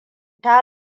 ya